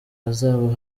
hazaba